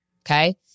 Okay